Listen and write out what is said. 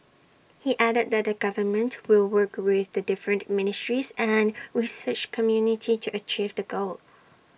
he added that the government will work with the different ministries and research community to achieve the goal